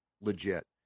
legit